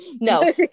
no